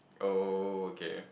okay